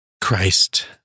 Christ